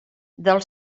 del